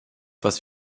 was